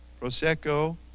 prosecco